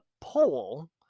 poll